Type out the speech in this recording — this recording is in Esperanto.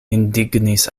indignis